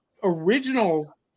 original